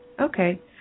Okay